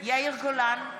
יאיר גולן,